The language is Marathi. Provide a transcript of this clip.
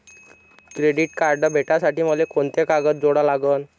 क्रेडिट कार्ड भेटासाठी मले कोंते कागद जोडा लागन?